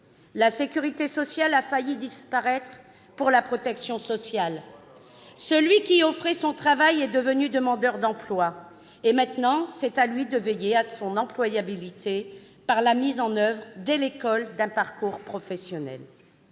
la sécurité sociale a failli disparaître au profit de la protection sociale. Oh là là ! Celui qui offrait son travail est devenu demandeur d'emploi ; maintenant, c'est à lui de veiller à sa propre employabilité par la mise en oeuvre, dès l'école, d'un parcours professionnel.